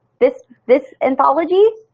this this anthology?